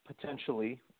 potentially